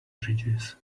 bridges